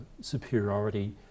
superiority